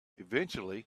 eventually